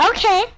Okay